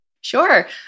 Sure